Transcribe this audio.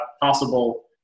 possible